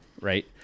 right